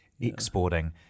exporting